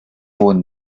wurden